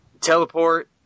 teleport